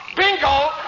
Bingo